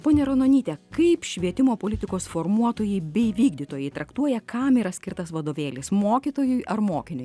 ponia ranonyte kaip švietimo politikos formuotojai bei vykdytojai traktuoja kam yra skirtas vadovėlis mokytojui ar mokiniui